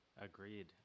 Agreed